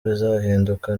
bizahinduka